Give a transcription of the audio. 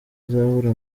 azahura